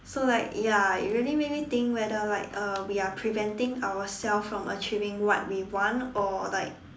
so like ya it really made me think whether like uh we are preventing ourselves from achieving what we want or like